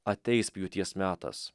ateis pjūties metas